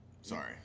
Sorry